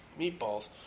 Meatballs